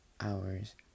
hours